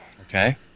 okay